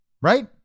Right